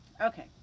Okay